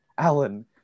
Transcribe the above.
Alan